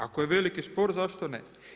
Ako je veliki spor, zašto ne.